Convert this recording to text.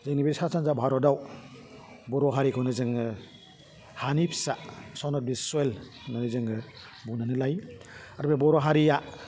जोंनि बे सा सानजा भारतआव बर' हारिखौनो जोङो हानि फिसा सन अफ डिस सयेल होन्नानै जोङो बुंनानै लायो आरो बे बर' हारिया